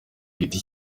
giti